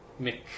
Mick